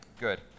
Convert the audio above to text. Good